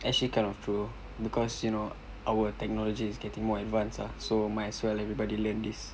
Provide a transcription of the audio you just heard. actually kind of true because you know our technology is getting more advanced ah so might as well everybody learn this